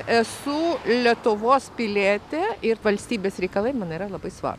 esu lietuvos pilietė ir valstybės reikalai man yra labai svar